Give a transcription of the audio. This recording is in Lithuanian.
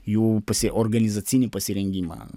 jų pasi organizacinį pasirengimą